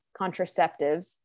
contraceptives